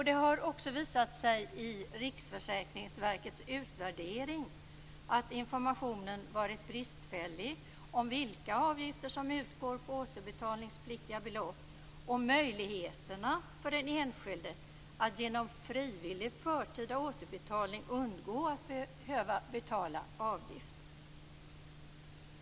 Det har också visat sig i Riksförsäkringsverkets utvärdering att det varit bristfällig information om vilka avgifter som utgår på återbetalningspliktiga belopp och om möjligheterna för den enskilde att genom frivillig förtida återbetalning undgå att behöva betala avgift.